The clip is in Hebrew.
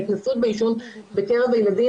ההתנסות בעישון בקרב הילדים,